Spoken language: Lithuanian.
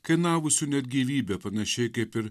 kainavusių net gyvybę panašiai kaip ir